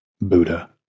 Buddha